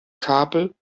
kabel